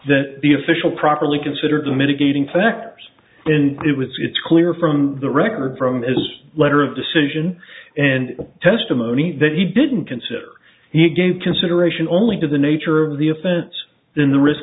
at the official properly considered mitigating factors it was it's clear from the record from his letter of decision and testimony that he didn't consider he gave consideration only to the nature of the offense in the risk